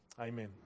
Amen